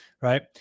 Right